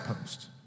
post